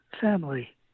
family